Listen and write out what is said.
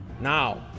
Now